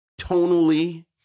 tonally